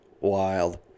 wild